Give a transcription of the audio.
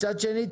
מצד שני,